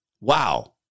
Wow